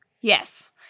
Yes